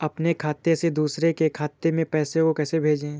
अपने खाते से दूसरे के खाते में पैसे को कैसे भेजे?